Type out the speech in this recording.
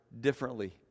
differently